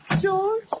George